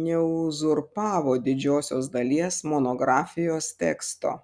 neuzurpavo didžiosios dalies monografijos teksto